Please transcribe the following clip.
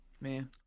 Man